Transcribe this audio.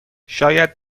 شاید